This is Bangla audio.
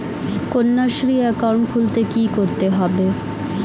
কন্যাশ্রী একাউন্ট খুলতে কী করতে হবে?